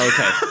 Okay